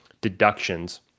deductions